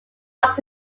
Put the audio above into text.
last